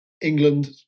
England